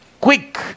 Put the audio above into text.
quick